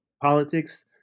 politics